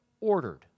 ordered